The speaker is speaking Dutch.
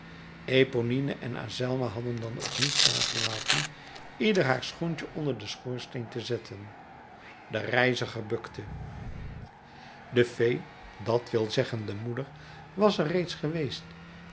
eponine en azelma hadden dan ook niet nagelaten ieder haar schoentje onder den schoorsteen te zetten de reiziger bukte de fée dat wil zeggen de moeder was er reeds geweest